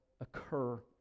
occur